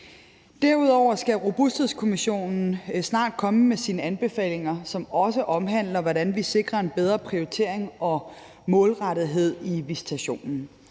Derudover skal Robusthedskommissionen snart komme med sine anbefalinger, som også omhandler, hvordan vi sikrer en bedre prioritering og målrettethed i visitationen,